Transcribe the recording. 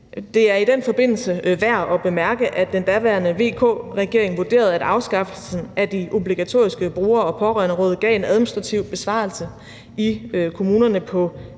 Det er i den forbindelse værd at bemærke, at den daværende VK-regering vurderede, at afskaffelsen af de obligatoriske bruger- og pårørenderåd gav en administrativ besparelse i kommunerne på